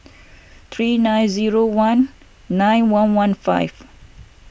three nine zero one nine one one five